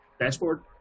dashboard